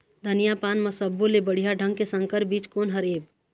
धनिया पान म सब्बो ले बढ़िया ढंग के संकर बीज कोन हर ऐप?